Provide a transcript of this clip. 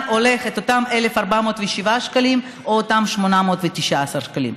הולכים אותם 1,407 שקלים או אותם 819 שקלים.